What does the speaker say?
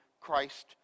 Christ